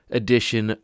edition